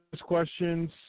questions